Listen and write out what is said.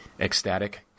ecstatic